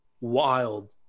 wild